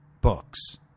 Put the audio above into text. books